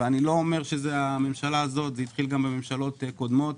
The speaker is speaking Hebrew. אני לא אומר שהממשלה הזאת זה התחיל בממשלות קודמות,